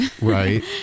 Right